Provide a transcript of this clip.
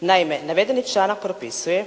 Naime navedeni članak propisuje